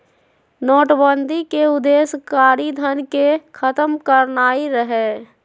नोटबन्दि के उद्देश्य कारीधन के खत्म करनाइ रहै